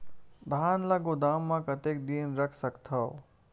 धान ल गोदाम म कतेक दिन रख सकथव?